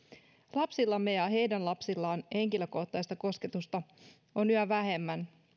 lapsillamme ja heidän lapsillaan henkilökohtaista kosketusta on yhä vähemmän